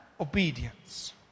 obedience